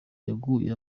yaguye